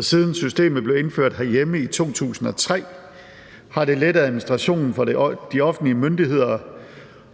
siden systemet blev indført herhjemme i 2003, har det lettet administrationen for de offentlige myndigheder